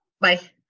Bye